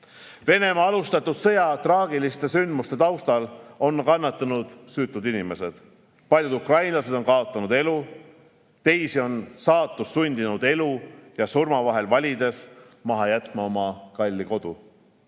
alustatud sõja traagiliste sündmuste taustal on kannatanud süütud inimesed. Paljud ukrainlased on kaotanud elu, teisi on saatus sundinud elu ja surma vahel valides maha jätma oma kalli kodu.